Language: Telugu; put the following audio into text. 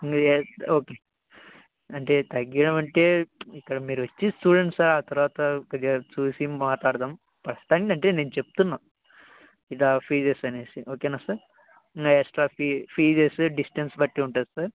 ఇ ఓకే అంటే తగ్గించడం అంటే ఇక్కడ మీరు వచ్చి చూడండి సార్ ఆ తర్వాత చూసి మాట్లాడదాం ప్రస్తుతానికి అంటే నేను చెప్తున్నాను ఇలా ఫీజ్ అనేసి ఓకేనా సార్ ఇంకా ఎక్స్ట్రా ఫీ ఫీజ్ డిస్టెన్స్ బట్టి ఉంటుంది సార్